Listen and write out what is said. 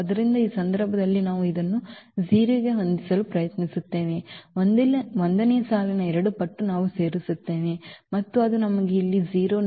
ಆದ್ದರಿಂದ ಈ ಸಂದರ್ಭದಲ್ಲಿ ನಾವು ಇದನ್ನು 0 ಗೆ ಹೊಂದಿಸಲು ಪ್ರಯತ್ನಿಸುತ್ತೇವೆ 1 ನೇ ಸಾಲಿನ ಎರಡು ಪಟ್ಟು ನಾವು ಸೇರಿಸುತ್ತೇವೆ ಮತ್ತು ಅದು ನಮಗೆ ಇಲ್ಲಿ 0 ನೀಡುತ್ತದೆ